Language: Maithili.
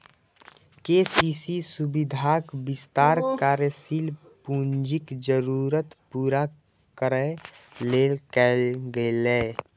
के.सी.सी सुविधाक विस्तार कार्यशील पूंजीक जरूरत पूरा करै लेल कैल गेलै